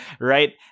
right